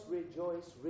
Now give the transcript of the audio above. rejoice